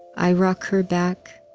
i rock her back,